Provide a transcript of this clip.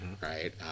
right